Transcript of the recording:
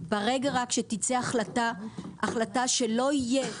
ברגע רק שתצא החלטה שלא יהיה